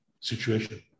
situation